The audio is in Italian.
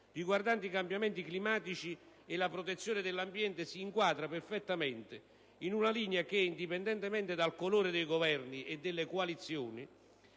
riguardanti i cambiamenti climatici e la protezione dell'ambiente, si inquadra perfettamente in una linea che, indipendentemente dal colore dei Governi e delle coalizioni